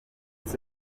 ruzi